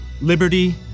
liberty